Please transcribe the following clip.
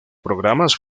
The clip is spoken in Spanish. programas